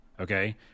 okay